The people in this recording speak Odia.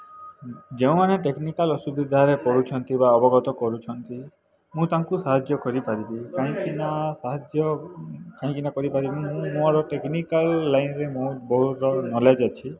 ଯେଉଁମାନେ ଟେକ୍ନିକାଲ୍ ଅସୁବିଧାରେ ପଡୁଛନ୍ତି ବା ଅବଗତ କରୁଛନ୍ତି ମୁଁ ତାଙ୍କୁ ସାହାଯ୍ୟ କରିପାରିବି କାହିଁକି ନା ସାହାଯ୍ୟ କାହିଁକି ନା କରିପାରିବି ମୁଁ ମୋ ଟେକ୍ନିକାଲ୍ ଲାଇନରେ ମୋ ବହୁତ ନଲେଜ୍ ଅଛି